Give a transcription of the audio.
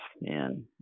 man